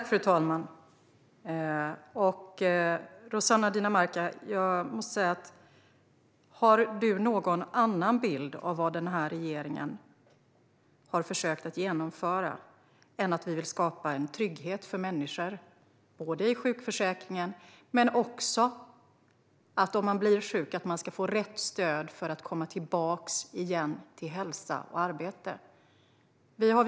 Fru talman! Den här regeringen vill skapa en trygghet för människor, både genom sjukförsäkringen och genom att man om man blir sjuk ska få rätt stöd för att komma tillbaka igen till hälsa och arbete. Har du någon annan bild av vad vi har försökt genomföra, Rossana Dinamarca?